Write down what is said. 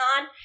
on